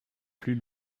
plus